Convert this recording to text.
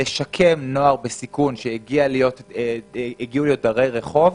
לשקם נוער בסיכון שיגיעו להיות דרי רחוב,